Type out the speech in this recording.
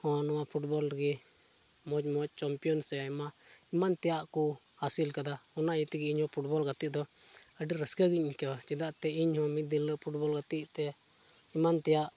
ᱦᱚᱸ ᱱᱚᱣᱟ ᱯᱷᱩᱴᱵᱚᱞ ᱨᱮᱜᱮ ᱢᱚᱡᱽ ᱢᱚᱡᱽ ᱪᱚᱢᱯᱤᱭᱟᱱ ᱥᱮ ᱟᱭᱢᱟ ᱮᱢᱟᱱ ᱛᱮᱭᱟᱜ ᱠᱚ ᱦᱟᱹᱥᱤᱞ ᱟᱠᱟᱫᱟ ᱚᱱᱟ ᱤᱭᱟᱹ ᱛᱮᱜᱮ ᱤᱧᱦᱚᱸ ᱯᱷᱩᱴᱵᱚᱞ ᱜᱟᱹᱛᱤᱜ ᱫᱚ ᱟᱹᱰᱤ ᱨᱟᱹᱥᱠᱟᱹᱜᱮᱧ ᱟᱹᱭᱠᱟᱹᱣᱟ ᱪᱮᱫᱟᱜᱛᱮ ᱤᱧᱦᱚᱸ ᱢᱤᱫ ᱫᱤᱱ ᱦᱤᱞᱳᱜ ᱯᱷᱩᱴᱵᱚᱞ ᱜᱟᱛᱤᱜᱛᱮ ᱮᱢᱟᱱ ᱛᱮᱭᱟᱜ